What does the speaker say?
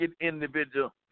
individual